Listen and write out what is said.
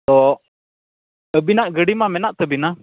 ᱛᱚ ᱟᱹᱵᱤᱱᱟᱜ ᱜᱟᱹᱰᱤᱢᱟ ᱢᱮᱱᱟᱜ ᱛᱟᱵᱤᱱᱟ